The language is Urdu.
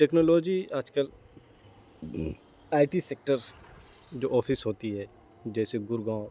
ٹیکنالوجی آج کل آ ٹی سیکٹر جو آفس ہوتی ہے جیسے گڑگاؤں